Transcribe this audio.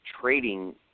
trading –